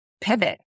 pivot